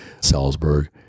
Salzburg